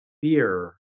fear